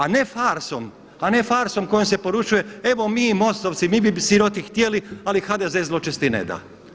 A ne farsom, a ne farsom kojom se poručuje evo mi MOST-ovci mi bi siroti htjeli, ali HDZ zločesti ne da.